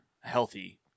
healthy